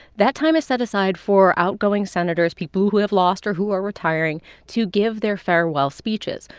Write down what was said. that time is set aside for outgoing senators people who have lost or who are retiring to give their farewell speeches.